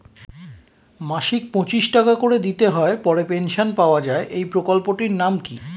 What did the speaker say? মাসিক পঁচিশ টাকা করে দিতে হয় পরে পেনশন পাওয়া যায় এই প্রকল্পে টির নাম কি?